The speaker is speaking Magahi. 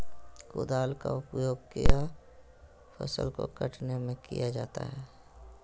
कुदाल का उपयोग किया फसल को कटने में किया जाता हैं?